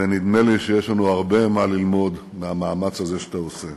ונדמה לי שיש לנו הרבה מה ללמוד מהמאמץ הזה שאתה עושה.